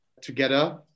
together